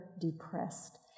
depressed